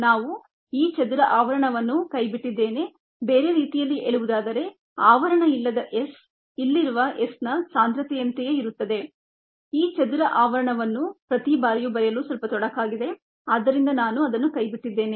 ನಾನು ಈ ಚದರ ಆವರಣವನ್ನು ಕೈಬಿಟ್ಟಿದ್ದೇನೆ ಬೇರೆ ರೀತಿಯಲ್ಲಿ ಹೇಳುವುದಾದರೆ ಆವರಣ ಇಲ್ಲದ s ಇಲ್ಲಿರುವ s ನ ಸಾಂದ್ರತೆಯಂತೆಯೇ ಇರುತ್ತದೆ ಈ ಚದರ ಆವರಣವನ್ನು ಪ್ರತಿ ಬಾರಿಯೂ ಬರೆಯಲು ಸ್ವಲ್ಪ ತೊಡಕಾಗಿದೆ ಆದ್ದರಿಂದ ನಾನು ಅದನ್ನು ಕೈಬಿಟ್ಟಿದ್ದೇನೆ